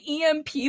EMP